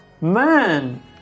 Man